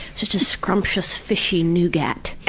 just a scrumptious fishy nougat!